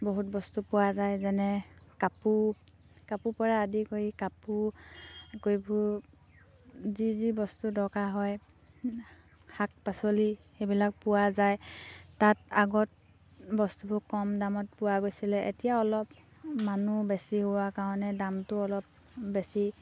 বহুত বস্তু পোৱা যায় যেনে কাপোৰ কাপোৰৰপৰা আদি কৰি কাপোৰ আকৌ এইবোৰ যি যি বস্তু দৰকাৰ হয় শাক পাচলি সেইবিলাক পোৱা যায় তাত আগত বস্তুবোৰ কম দামত পোৱা গৈছিলে এতিয়া অলপ মানুহ বেছি হোৱা কাৰণে দামটো অলপ বেছি